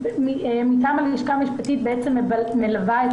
מטעם הלשכה המשפטית אני בעצם מלווה את